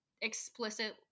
explicit